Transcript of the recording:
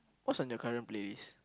what's on your current playlist